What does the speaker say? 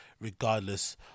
regardless